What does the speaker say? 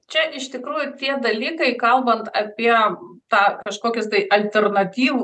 čia iš tikrųjų tie dalykai kalbant apie tą kažkokius tai alternatyvų